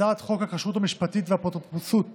הצעת חוק הכשרות המשפטית ואפוטרופסות (תיקון)